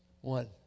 one